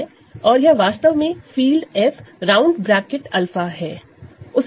और वह वास्तव में फील्ड f𝛂 है